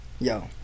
Yo